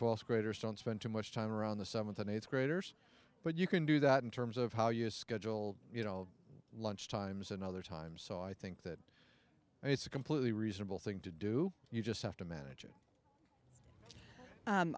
twelfth graders don't spend too much time around the seventh and eighth graders but you can do that in terms of how you schedule you know lunch times and other times so i think that it's a completely reasonable thing to do you just have to manage it